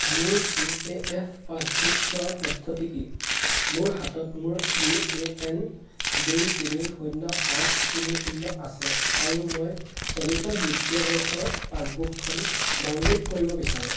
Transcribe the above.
মোৰ P A F passbook চোৱাৰ পদ্ধতি কি মোৰ হাতত মোৰ ইউ এ এন দুই তিনি শূন্য আঠ তিনি শূন্য আছে আৰু মই চলিত বিত্তীয় বৰ্ষৰ পাছবুকখন ডাউনলোড কৰিব বিচাৰোঁ